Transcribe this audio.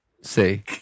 say